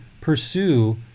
pursue